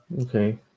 Okay